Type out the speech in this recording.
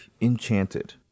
enchanted